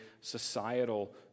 societal